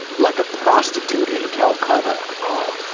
like a prostitute in calcutta,